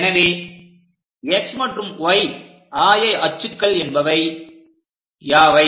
எனவே x மற்றும் y ஆயஅச்சுக்கள் என்பவை யாவை